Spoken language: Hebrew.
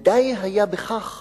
ודי היה בכך